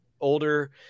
older